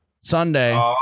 Sunday